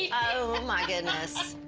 yeah oh my goodness!